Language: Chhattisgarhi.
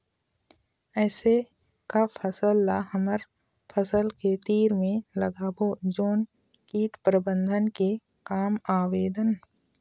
ऐसे का फसल ला हमर फसल के तीर मे लगाबो जोन कीट प्रबंधन के काम आवेदन?